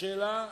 השאלה,